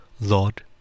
Lord